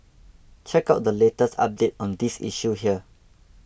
check out the latest update on this issue here